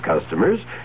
customers